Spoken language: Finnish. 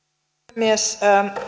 puhemies